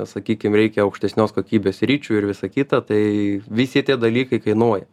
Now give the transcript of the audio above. sakykim reikia aukštesnios kokybės ričių ir visa kita tai visi tie dalykai kainuoja